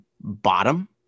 bottom